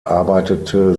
arbeitete